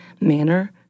manner